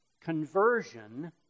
conversion